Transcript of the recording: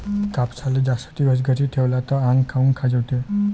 कापसाले जास्त दिवस घरी ठेवला त आंग काऊन खाजवते?